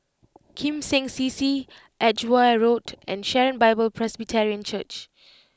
Kim Seng C C Edgware Road and Sharon Bible Presbyterian Church